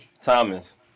Thomas